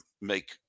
make